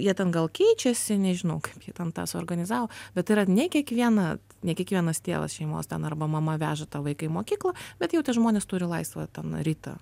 jie ten gal keičiasi nežinau kaip jei ten tą suorganizavo bet yra ne kiekviena ne kiekvienas tėvas šeimos ten arba mama veža tą vaiką mokyklą bet jau tie žmonės turi laisvą ten rytą